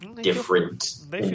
different